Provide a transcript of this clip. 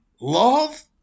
love